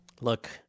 Look